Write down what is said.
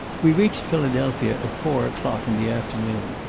we reached philadelphia at four o'clock in the afternoon.